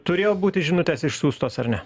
turėjo būti žinutes išsiųstos ar ne